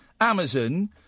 Amazon